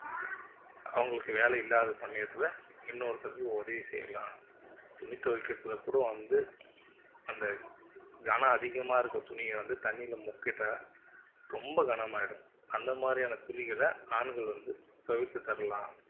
அவங்களுக்கு வேலையில்லாத சமயத்தில் இன்னொருத்தருக்கு உதவி செய்யலாம் துணி துவைக்கிறதுல கூட வந்து அந்த கணம் அதிகமாக இருக்க துணியை வந்து தண்ணியில் முக்கிவிட்டா ரொம்ப கணமாகிடும் அந்த மாதிரியான துணிகளை ஆண்கள் வந்து துவைத்து தரலாம்